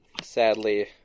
sadly